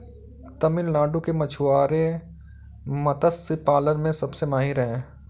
तमिलनाडु के मछुआरे मत्स्य पालन में सबसे माहिर हैं